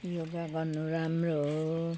योगा गर्नु राम्रो हो